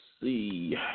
see